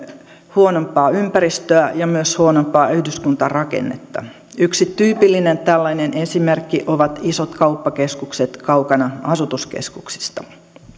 huonompaa ympäristöä ja myös huonompaa yhdyskuntarakennetta yksi tyypillinen tällainen esimerkki ovat isot kauppakeskukset kaukana asutuskeskuksista